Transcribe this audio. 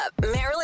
Marilyn